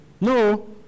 No